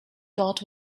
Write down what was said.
dort